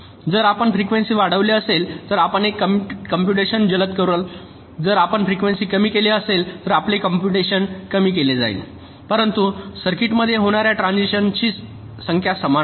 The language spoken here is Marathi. जर आपण फ्रिकवेंसी वाढविली असेल तर आपण एक कॉम्पुटेशन जलद पूर्ण कराल जर आपण फ्रिकवेंसी कमी केली तर आपले कॉम्पुटेशन कमी केली जाईल परंतु सर्किटमध्ये होणार्या ट्रान्सिशनची संख्या समान राहील